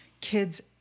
kids